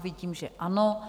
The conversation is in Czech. Vidím, že ano.